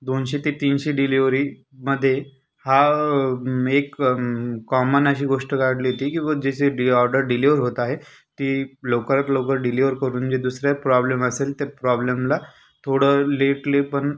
दोनशे ते तीनशे डिलीवरीमध्ये हा मेक कॉमन अशी गोष्ट काढली होती की व ज्याचे ऑर्डर डिलीवर होत आहे ती लवकरात लवकर डिलीवर करून म्हणजे दुसऱ्या प्रॉब्लेम असेल त्या प्रॉब्लेमला थोडं लेटली पण